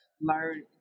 learn